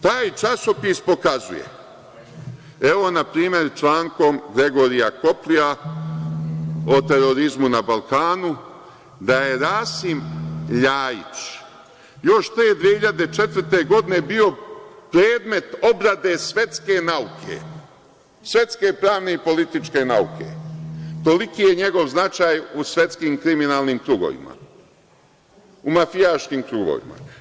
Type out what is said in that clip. Taj časopis pokazuje, evo npr. člankom Gregorija Koprija, o terorizmu na Balkanu, da je Rasim LJajić, još pre 2004. godine bio predmet obrade svetske nauke, svetske pravne i političke nauke, toliki je njegov značaj u svetskim kriminalnim krugovima, u mafijaškim krugovima.